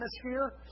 atmosphere